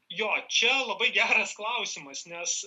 jo čia labai geras klausimas nes